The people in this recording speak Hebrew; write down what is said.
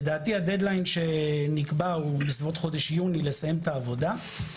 לדעתי הדד-ליין שנקבע הוא בסביבות חודש יוני לסיים את העבודה.